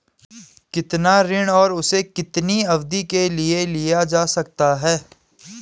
कितना ऋण और उसे कितनी अवधि के लिए लिया जा सकता है?